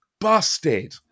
busted